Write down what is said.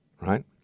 Right